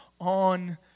on